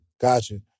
Gotcha